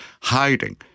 hiding